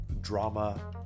drama